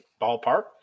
ballpark